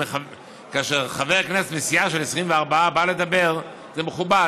כאשר חבר כנסת מסיעה של 24 בא לדבר, זה מכובד.